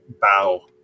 bow